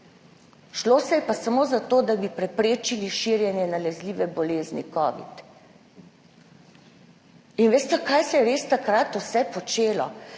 šlo je pa samo za to, da bi preprečili širjenje nalezljive bolezni kovid. Veste, kaj se je res takrat vse počelo?